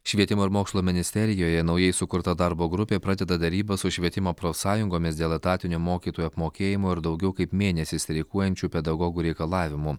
švietimo ir mokslo ministerijoje naujai sukurta darbo grupė pradeda derybas su švietimo profsąjungomis dėl etatinio mokytojų apmokėjimo ir daugiau kaip mėnesį streikuojančių pedagogų reikalavimų